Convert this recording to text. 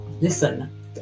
Listen